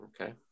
Okay